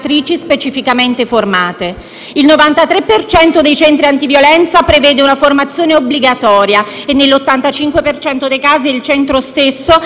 dei centri antiviolenza prevede una formazione obbligatoria e nell'85 per cento dei casi è il centro stesso ad aver organizzato i corsi di formazione per il personale.